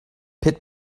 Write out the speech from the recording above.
pit